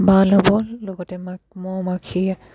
বাহ ল'ব লগতে মৌমাখিয়ে